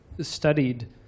studied